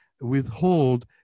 withhold